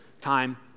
time